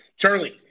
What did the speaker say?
Charlie